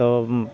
ତ